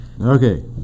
Okay